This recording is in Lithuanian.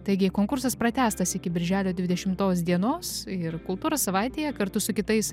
taigi konkursas pratęstas iki birželio dvidešimtos dienos ir kultūros savaitėje kartu su kitais